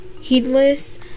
heedless